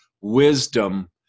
wisdom